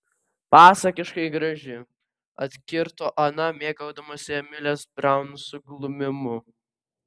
pasakiškai graži atkirto ana mėgaudamasi emilės braun suglumimu